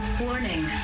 Warning